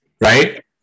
right